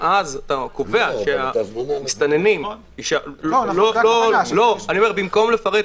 ואז אתה קובע שהמסתננים ------ במקום לפרט